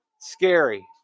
scary